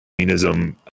communism